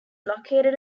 located